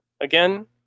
again